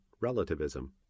Relativism